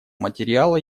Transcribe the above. материала